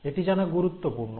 এটি জানা গুরুত্বপূর্ণ